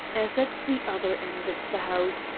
as at the other end of the house,